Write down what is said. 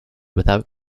without